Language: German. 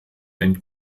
ein